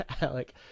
Alec